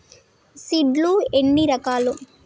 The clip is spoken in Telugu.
సీడ్ లు ఎన్ని రకాలు?